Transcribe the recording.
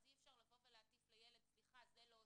אז אי אפשר להטיף לילד, סליחה, את זה לא עושים,